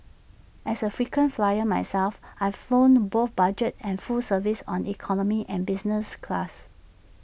as A frequent flyer myself I've flown both budget and full service on economy and business class